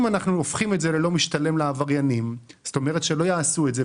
אם אנחנו הופכים את זה ללא משתלם לעבריינים אז הם לא יעשו את זה,